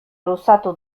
luzatu